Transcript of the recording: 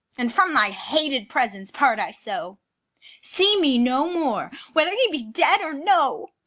and from thy hated presence part i so see me no more whether he be dead or no.